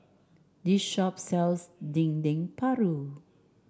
this shop sells Dendeng Paru